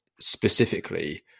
specifically